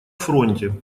фронте